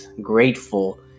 grateful